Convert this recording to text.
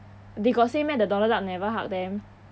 they got say meh the donald duck never hug them